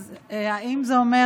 האם זה אומר,